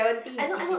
I not I not